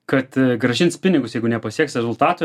kad grąžins pinigus jeigu nepasieks rezultato